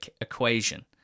equation